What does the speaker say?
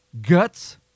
guts